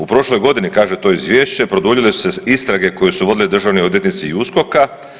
U prošloj godini, kaže to izvješće, produljile su se istrage koje su vodili državni odvjetnici i USKOKA.